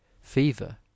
fever